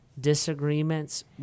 disagreements